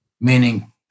meaning